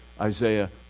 Isaiah